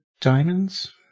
diamonds